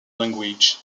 language